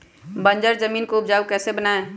बंजर जमीन को उपजाऊ कैसे बनाय?